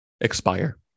expire